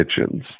kitchens